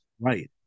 Right